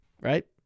right